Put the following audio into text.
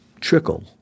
trickle